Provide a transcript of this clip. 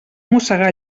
mossegar